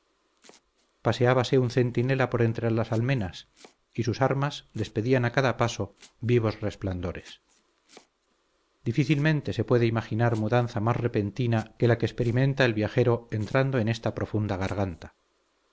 vapores paseábase un centinela por entre las almenas y sus armas despedían a cada paso vivos resplandores difícilmente se puede imaginar mudanza más repentina que la que experimenta el viajero entrando en esta profunda garganta